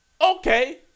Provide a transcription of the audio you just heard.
Okay